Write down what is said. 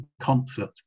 Concert